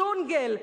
ג'ונגל,